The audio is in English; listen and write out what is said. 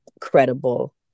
credible